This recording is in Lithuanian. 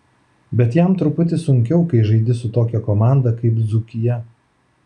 bet jam truputį sunkiau kai žaidi su tokia komanda kaip dzūkija